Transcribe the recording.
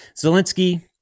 Zelensky